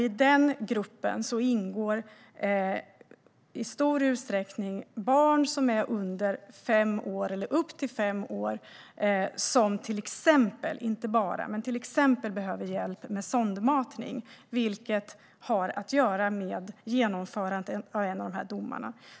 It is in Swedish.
I den gruppen ingår i stor utsträckning barn som är under fem år eller upp till fem år som till exempel - inte bara men till exempel - behöver hjälp med sondmatning, vilket har att göra med genomförandet av en av de här domarna.